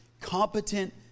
competent